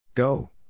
Go